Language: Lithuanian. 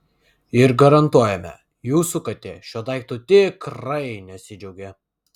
ir garantuojame jūsų katė šiuo daiktu tikrai nesidžiaugė